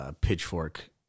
pitchfork